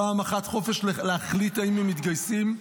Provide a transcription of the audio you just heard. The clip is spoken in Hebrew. פעם אחת חופש להחליט אם הם מתגייסים,